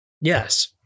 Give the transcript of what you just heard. Yes